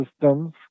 Systems